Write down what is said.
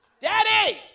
Daddy